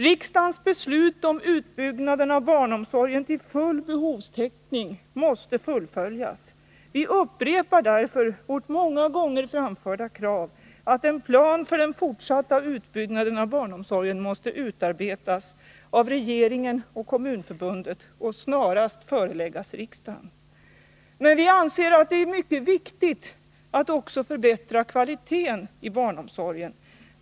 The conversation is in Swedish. Riksdagens beslut om utbyggnad av barnomsorgen till full behovstäckning måste fullföljas. Vi upprepar därför vårt många gånger framförda krav att en plan för den fortsatta utbyggnaden av barnomsorgen måste utarbetas av regeringen och Kommunförbundet och snarast föreläggas riksdagen. Men vi anser att det är mycket viktigt att också förbättra kvaliteten i barnomsorgen.